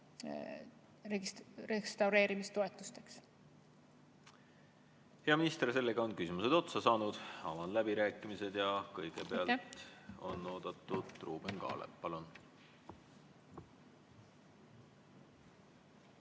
restaureerimistoetusteks. Hea minister, sellega on küsimused otsa saanud. Avan läbirääkimised. Kõigepealt on oodatud Ruuben Kaalep.